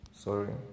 Sorry